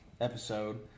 episode